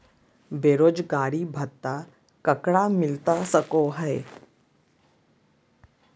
बेरोजगारी भत्ता ककरा मिलता सको है?